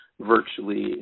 virtually